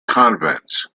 convents